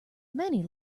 many